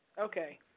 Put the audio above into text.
Okay